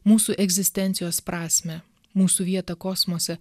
mūsų egzistencijos prasmę mūsų vietą kosmose